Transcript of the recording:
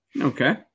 Okay